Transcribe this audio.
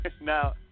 Now